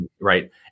right